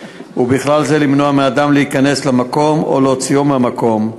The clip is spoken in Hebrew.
ובכלל זה למנוע מאדם להיכנס למקום או להוציאו מהמקום,